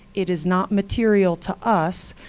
it is not material to us,